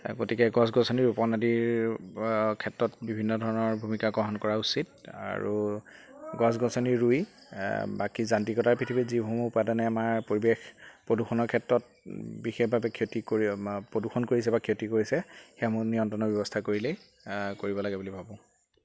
গতিকে গছ গছনিৰ উপনদীৰ ক্ষেত্ৰত বিভিন্ন ধৰণৰ ভূমিকা গ্ৰহণ কৰা উচিত আৰু গছ গছনি ৰুই বাকী যান্ত্ৰিকতাৰ পৃথিৱীত যিসমূহ উপাদানে আমাৰ পৰিৱেশ প্ৰদূষণৰ ক্ষেত্ৰত বিশেষভাৱে ক্ষতি কৰি প্ৰদূষণ কৰিছে বা ক্ষতি কৰিছে সেইসমূহ নিয়ন্ত্ৰণৰ ব্যৱস্থা কৰিলে কৰিব লাগে বুলি ভাবোঁ